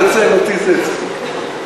אותי זה הצחיק.